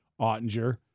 Ottinger